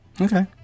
Okay